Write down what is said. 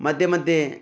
मध्ये मध्ये